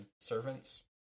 servants